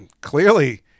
clearly